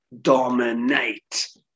dominate